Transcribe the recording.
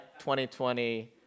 2020